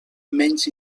menys